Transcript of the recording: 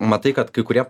matai kad kai kurie